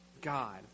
God